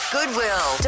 Goodwill